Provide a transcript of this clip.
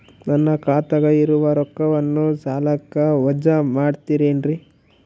ನನ್ನ ಖಾತಗ ಇರುವ ರೊಕ್ಕವನ್ನು ಸಾಲಕ್ಕ ವಜಾ ಮಾಡ್ತಿರೆನ್ರಿ?